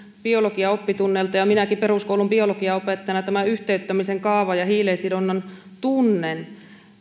biologian oppitunneilta ja minäkin peruskoulun biologian opettajana tämän yhteyttämisen kaavan ja hiilen sidonnan tunnemme